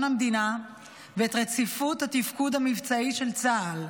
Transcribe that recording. המדינה ואת רציפות התפקוד המבצעי של צה"ל,